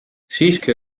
siiski